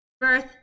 birth